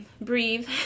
breathe